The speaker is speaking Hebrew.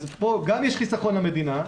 אז פה גם יש חיסכון למדינה,